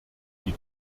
die